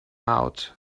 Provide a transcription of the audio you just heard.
out